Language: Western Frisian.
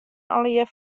allegearre